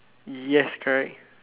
yes correct